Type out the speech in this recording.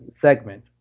segment